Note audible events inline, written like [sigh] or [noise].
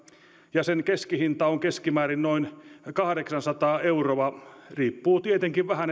ja sen keskihinta on keskimäärin noin kahdeksansataa euroa riippuen tietenkin vähän [unintelligible]